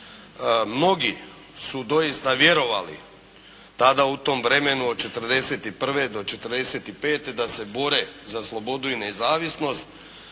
Mnogi su doista vjerovali tada u tom vremenu od '41. do '45. da se bore za slobodu i nezavisnost.